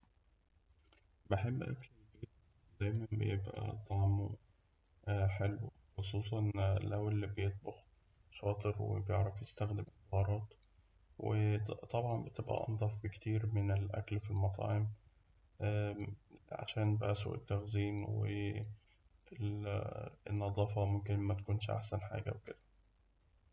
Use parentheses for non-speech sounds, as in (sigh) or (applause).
بحب أكل (unintelligible) دايماً بيبقى طعمه حلو خصوصاً لو اللي بيطبخ شاطر، وبيعرف يستخدم البهارات و (hesitation) و طبعاً بتبقى أنضف بكتير من الأكل في المطاعم، عشان بقى سوء التخزين والنضافة ممكن متبقاش أحسن حاجة وكده.